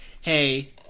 hey